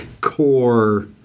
core